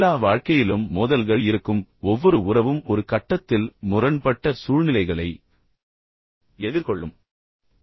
எல்லா வாழ்க்கையிலும் மோதல்கள் இருக்கும் ஒவ்வொரு உறவும் ஒரு கட்டத்தில் முரண்பட்ட சூழ்நிலைகளை எதிர்கொள்ளும்